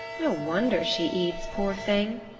no wonder she eats, poor thing,